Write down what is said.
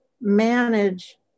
manage